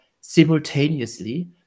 simultaneously